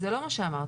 זה לא מה שאמרת.